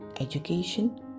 education